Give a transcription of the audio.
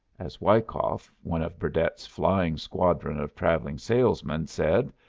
as wyckoff, one of burdett's flying squadron of travelling salesmen, said,